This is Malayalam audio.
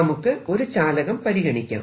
നമുക്ക് ഒരു ചാലകം പരിഗണിക്കാം